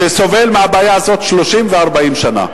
שסובל מהבעיה הזאת 30 ו-40 שנה.